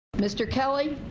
mr. kelly,